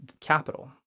capital